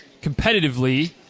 competitively